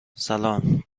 سلام